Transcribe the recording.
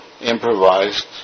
improvised